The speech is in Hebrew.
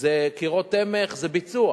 אלה קירות תמך, זה ביצוע